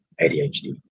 ADHD